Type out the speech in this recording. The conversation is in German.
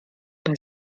bei